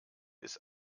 bis